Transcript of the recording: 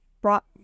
brought